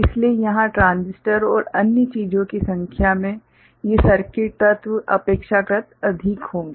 इसलिए यहां ट्रांजिस्टर और अन्य चीजों की संख्या ये सर्किट तत्व अपेक्षाकृत अधिक होंगे